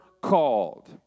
called